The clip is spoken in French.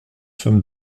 sommes